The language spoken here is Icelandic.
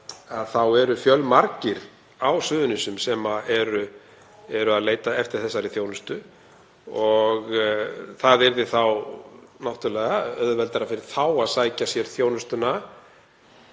þá eru fjölmargir á Suðurnesjum sem eru að leita eftir þessari þjónustu. Það yrði náttúrlega auðveldara fyrir þá að sækja sér þjónustuna